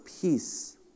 peace